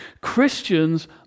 Christians